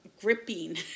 gripping